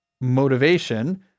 motivation